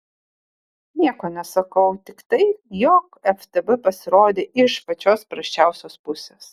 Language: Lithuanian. nieko nesakau tik tai jog ftb pasirodė iš pačios prasčiausios pusės